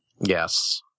Yes